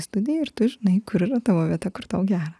studiją ir tu žinai kur tavo vieta kur tau gera